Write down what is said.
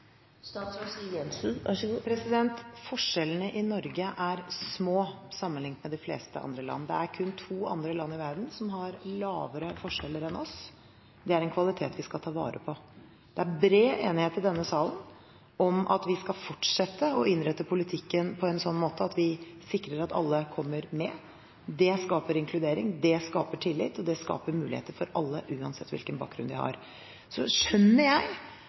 Forskjellene i Norge er små sammenlignet med de fleste andre land. Det er kun to andre land i verden som har mindre forskjeller enn oss. Det er en kvalitet vi skal ta vare på. Det er bred enighet i denne salen om at vi skal fortsette å innrette politikken på en slik måte at vi sikrer at alle kommer med. Det skaper inkludering, det skaper tillit, og det skaper muligheter for alle uansett hvilken bakgrunn de har. Jeg skjønner